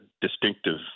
distinctive